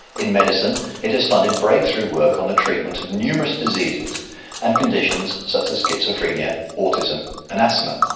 in medicine, it has funded breakthrough work on the treatment of numerous diseases and conditions such as schizophrenia, autism and asthma.